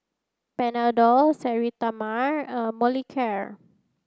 Panadol Sterimar and Molicare